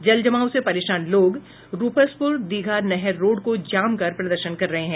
जल जमाव से परेशान लोग रूपसप्र दीघा नहर रोड को जाम कर प्रदर्शन कर रहे हैं